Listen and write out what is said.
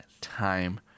time